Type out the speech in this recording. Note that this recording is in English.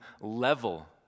level